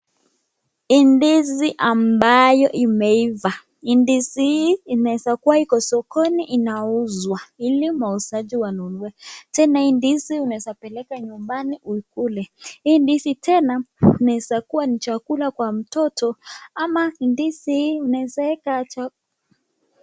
Ni ndizi ambazo zimeivaa ndizi hii inaweza kuwa iko sokoni inauzwa ili wauzaji wanunue tena hii ndizi unaweza peleka nyumbani uikule. Hii ndizi tena inaweza kuwa ni chakula kwa mtoto ama ndizi unaweza chakula.